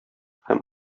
һәм